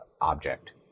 object